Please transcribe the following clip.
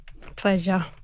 Pleasure